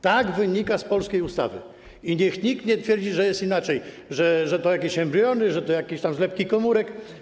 Tak wynika z polskiej ustawy i niech nikt nie twierdzi, że jest inaczej, że to jakieś embriony, że to jakieś tam zlepki komórek.